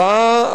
והמחאה,